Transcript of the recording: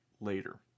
later